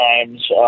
times